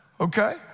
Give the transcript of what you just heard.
okay